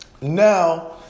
Now